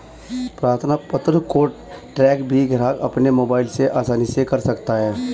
प्रार्थना पत्र को ट्रैक भी ग्राहक अपने मोबाइल से आसानी से कर सकता है